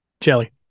Jelly